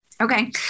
Okay